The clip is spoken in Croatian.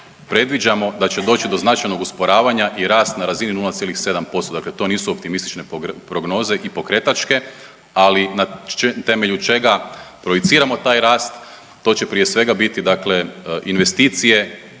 predviđamo da će doći do značajnog usporavanja i rast na razini 0,7%. Dakle, to nisu optimistične prognoze i pokretačke, ali na temelju čega projiciramo taj rast to će prije svega biti dakle investicije,